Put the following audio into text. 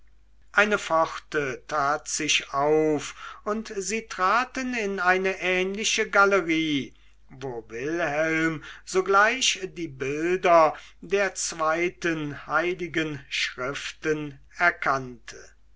eine pforte tat sich auf und sie traten in eine ähnliche galerie wo wilhelm sogleich die bilder der zweiten heiligen schriften erkannte